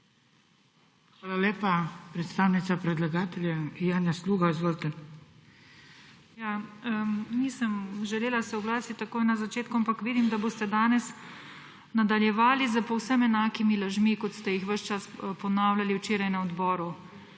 Hvala lepa. Predstavnica predlagatelja, Janja Sluga, izvolite. **JANJA SLUGA (PS NP):** Nisem želela se oglasiti takoj na začetku, ampak vidim, da boste danes nadaljevali s povem enakimi lažmi, kot ste jih ves čas ponavljali včeraj na odboru.